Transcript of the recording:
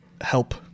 help